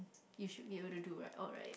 you should be able to do right alright